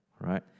right